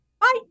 Bye